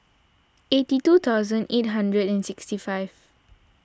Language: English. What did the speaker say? eighty two thousand eight hundred and sixty five